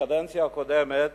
בקדנציה הקודמת